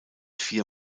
vier